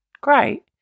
Great